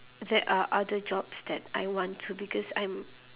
there are other jobs that I want to because I'm